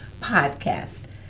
podcast